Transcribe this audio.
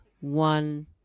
one